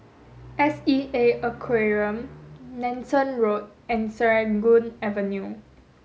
S E A Aquarium Nanson Road and Serangoon Avenue